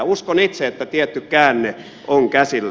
uskon itse että tietty käänne on käsillä